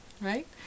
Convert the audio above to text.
right